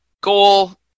goal